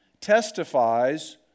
testifies